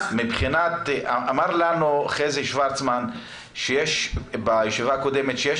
אמר לנו חזי שוורצמן בישיבה הקודמת שיש